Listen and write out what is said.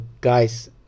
guys